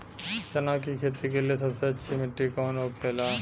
चना की खेती के लिए सबसे अच्छी मिट्टी कौन होखे ला?